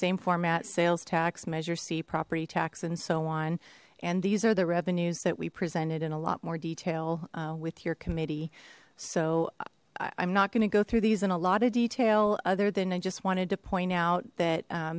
same format sales tax measure see property tax and so on and these are the revenues that we presented in a lot more detail with your committee so i'm not going to go through these in a lot of detail other than i just wanted to point out that